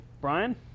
Brian